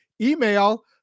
email